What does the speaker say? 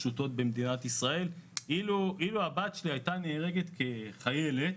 אילו הבת שלי הייתה נהרגת כחיילת